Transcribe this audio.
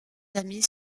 amis